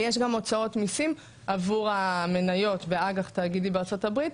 ויש גם הוצאות מיסים עבור המניות ואג"ח תאגידי בארצות הברית,